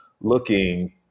looking